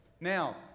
Now